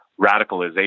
radicalization